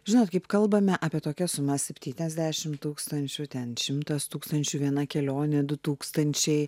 žinot kaip kalbame apie tokias sumas septyniasdešim tūkstančių ten šimtas tūkstančių viena kelionė du tūkstančiai